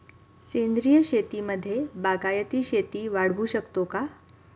सेंद्रिय शेतीमध्ये बागायती शेती वाढवू शकतो का?